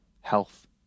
health